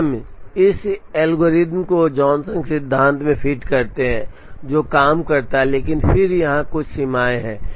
फिर हम इस एल्गोरिथ्म को जॉनसन सिद्धांत में फिट करते हैं जो काम करता है लेकिन फिर यहां कुछ सीमाएं हैं